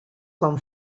quan